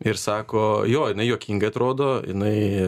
ir sako jo jinai juokingai atrodo jinai